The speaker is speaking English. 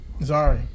Sorry